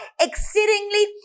Exceedingly